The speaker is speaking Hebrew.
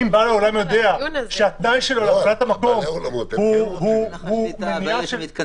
אם בעל האולם יודע שהתנאי שלו להפעלת המקום הוא מניעה של ריקודים.